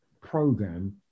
program